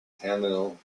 tamil